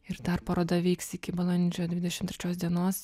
ir dar paroda veiks iki balandžio dvidešim trečios dienos